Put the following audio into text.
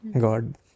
God